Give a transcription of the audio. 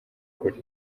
kure